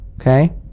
okay